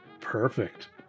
Perfect